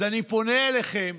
אז אני פונה אליכם.